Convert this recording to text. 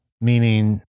Meaning